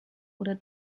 oder